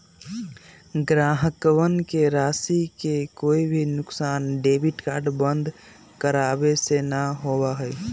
ग्राहकवन के राशि के कोई भी नुकसान डेबिट कार्ड बंद करावे से ना होबा हई